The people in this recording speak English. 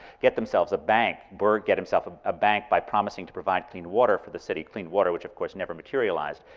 get themselves a bank. burr get himself a bank by promising to provide clean water for the city. clean water, which of course, never materialized,